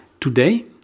Today